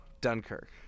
Dunkirk